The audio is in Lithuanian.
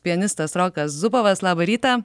pianistas rokas zubovas labą rytą